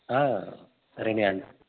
రెండుగం